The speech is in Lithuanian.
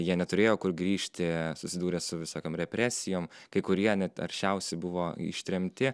jie neturėjo kur grįžti susidūrė su visokiom represijom kai kurie net aršiausi buvo ištremti